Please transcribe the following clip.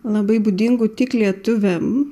labai būdingų tik lietuviam